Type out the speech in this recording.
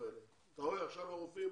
אתה רואה, עכשיו הרופאים